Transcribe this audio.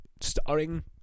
starring